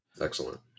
excellent